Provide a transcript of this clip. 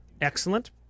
Excellent